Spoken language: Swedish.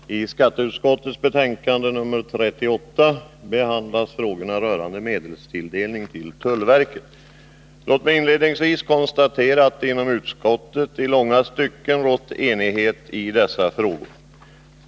Herr talman! I skatteutskottets betänkande nr 38 behandlas frågorna rörande medelstilldelning till tullverket. Låt mig inledningsvis konstatera att det inom utskottet i långa stycken rått enighet i dessa frågor.